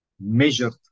measured